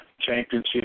championship